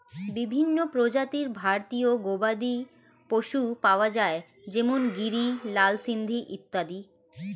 বিভিন্ন প্রজাতির ভারতীয় গবাদি পশু পাওয়া যায় যেমন গিরি, লাল সিন্ধি ইত্যাদি